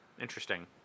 interesting